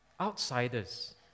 Outsiders